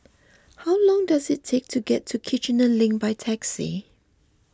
how long does it take to get to Kiichener Link by taxi